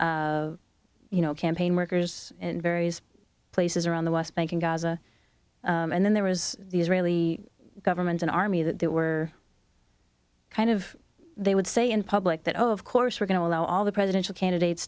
you know campaign workers in various places around the west bank in gaza and then there was the israeli government an army that they were kind of they would say in public that of course we're going to allow all the presidential candidates